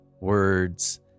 words